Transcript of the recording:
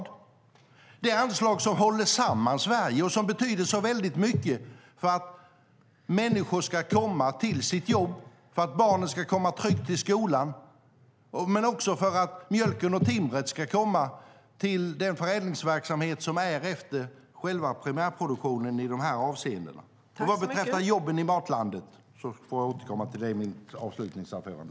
Det är det anslag som håller samman Sverige och som betyder väldigt mycket för att människor ska komma till sitt jobb och för att barnen ska komma tryggt till skolan men också för att mjölken och timret ska komma till den förädlingsverksamhet som är efter själva primärproduktionen i de här avseendena. Vad beträffar jobben i Matlandet får jag återkomma i mitt avslutningsanförande.